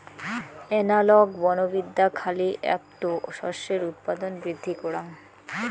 analogue বনবিদ্যা খালি এ্যাকটো শস্যের উৎপাদন বৃদ্ধি করাং